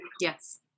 Yes